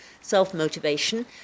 self-motivation